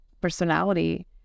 personality